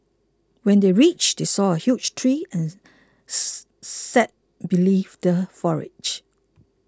when they reached they saw a huge tree and sat beneath the foliage